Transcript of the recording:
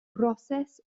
broses